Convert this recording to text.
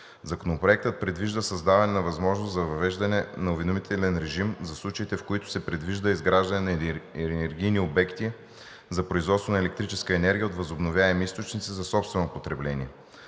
Законопроектът предвижда създаване на възможност за въвеждане на уведомителен режим за случаите, в които се предвижда изграждане на енергийни обекти за производство на електрическа енергия от възобновяеми източници за собствено потребление.